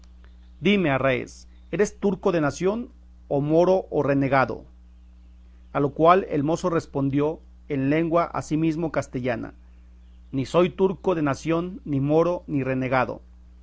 preguntó dime arráez eres turco de nación o moro o renegado a lo cual el mozo respondió en lengua asimesmo castellana ni soy turco de nación ni moro ni renegado